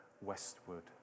westward